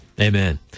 Amen